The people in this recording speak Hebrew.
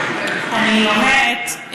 אני אומרת,